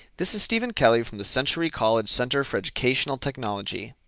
this is stephen kelly from the century college center for educational technology.